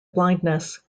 blindness